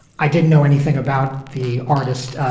i didn't know anything about the artist.